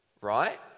right